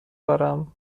دارم